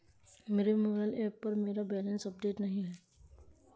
मेरे mobile app पर मेरा बैलेंस अपडेट नहीं है